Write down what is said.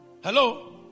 Hello